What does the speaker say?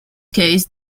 case